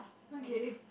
okay